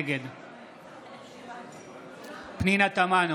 נגד אושר שקלים, בעד פנינה תמנו,